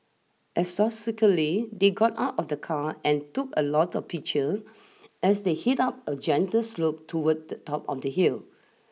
they got out of the car and took a lot of picture as they hit up a gentle slope toward the top of the hill